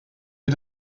wie